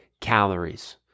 calories